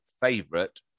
favorite